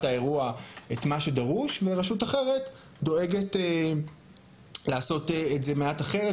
האירוע את מה שדרוש ורשות אחרת דואגת לעשות את זה מעט אחרת,